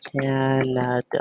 Canada